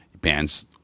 bands